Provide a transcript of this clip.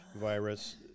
virus